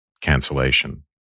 cancellation